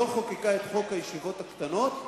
לא חוקקה את חוק הישיבות הקטנות,